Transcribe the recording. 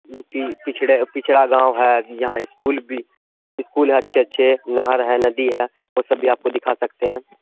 کیونکہ پچھڑے پچھڑا گاؤں ہے یہاں اسکول بھی اسکول ہے اچھے اچھے نہر ہیں ندی ہے وہ سب بھی آپ کو دکھا سکتے ہیں